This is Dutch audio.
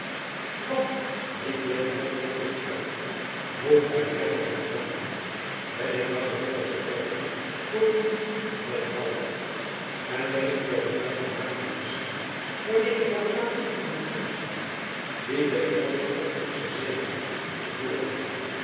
wat riep wilde jan verbolgen uit moet gy my dat nog vragen ben ik dan een hollandsche pekbroek voor niet met al en denkje dat het my vermaak doet misschien wanneer ik hoor praten van een aanslag die de engelschen op onze zeegaten voor